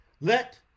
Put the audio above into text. Let